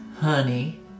honey